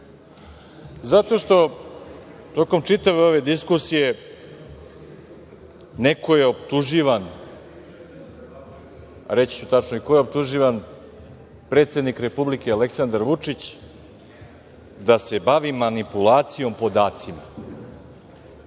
Zato što tokom čitave ove diskusije neko je optuživan, a reći ću tačno i ko je optuživan, predsednik Republike Aleksandar Vučić, da se bavi manipulacijom podacima.